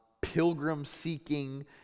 pilgrim-seeking